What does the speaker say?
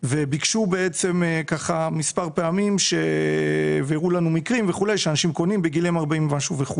ביקשו מספר פעמים והראו לנו מקרים וכולי שאנשים קונים בגיל 40 ומשהו.